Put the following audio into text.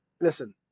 listen